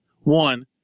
one